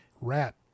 Rat